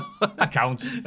Account